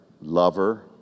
lover